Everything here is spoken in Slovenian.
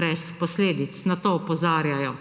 brez posledic. Na to opozarjajo